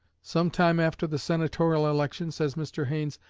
some time after the senatorial election, says mr. haines,